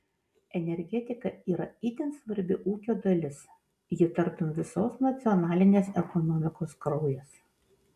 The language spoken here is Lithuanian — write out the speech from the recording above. energetika yra itin svarbi ūkio dalis ji tartum visos nacionalinės ekonomikos kraujas